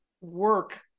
work